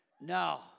No